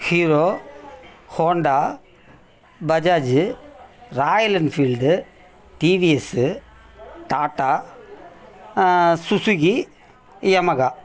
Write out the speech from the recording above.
Hero Honda Bajaj Royal Enfield TVS Tata Suzuki Yamaha